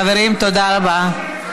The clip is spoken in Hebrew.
חברים, תודה רבה.